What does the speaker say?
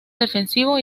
defensivo